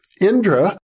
Indra